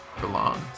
belongs